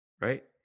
right